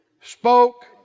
spoke